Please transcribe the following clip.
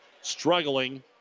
struggling